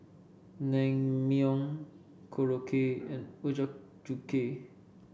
Naengmyeon Korokke and Ochazuke